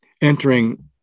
entering